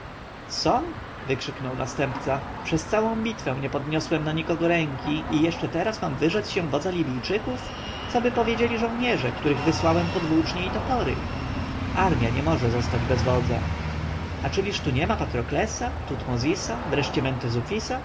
co wykrzyknął następca przez całą bitwę nie podniosłem na nikogo ręki i jeszcze teraz mam wyrzec się wodza libijskiego cóżby powiedzieli żołnierze których wysyłałem pod włócznie i topory armja nie może zostać bez wodza a czyliż tu niema patroklesa tutmozisa wreszcie